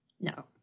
No